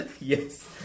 Yes